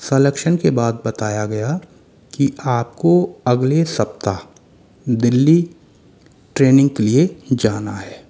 selection के बाद बताया गया कि आप को अगले सप्ताह दिल्ली ट्रेनिंग के लिए जाना है